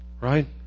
right